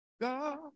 God